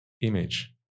image